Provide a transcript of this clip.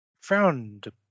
frowned